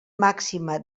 màxima